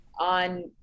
on